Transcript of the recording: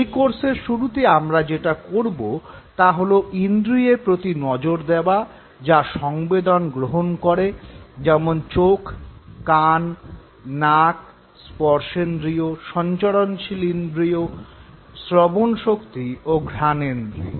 এই কোর্সের শুরুতে আমরা যেটা করব তা হল ইন্দ্রিয়ের প্রতি নজর দেওয়া যা সংবেদন সংগ্রহ করে যেমন চোখ নাক কান স্পর্শেন্দ্রিয় সঞ্চরণশীল ইন্দ্রিয় শ্রবণশক্তি ও ঘ্রাণেন্দ্রিয়